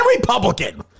Republican